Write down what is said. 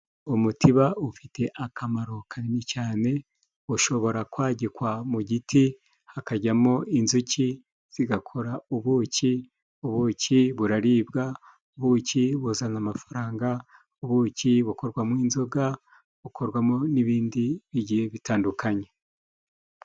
Umutiba ufite akamaro kanini cyane ushobora kwagikwa mu giti hakajyamo inzuki zigakora ubuki, ubuki buraribwa, ubuki buzana amafaranga, ubuki bukorwamo inzoga, bukorwamo n'ibindi bigiye bitandukanye.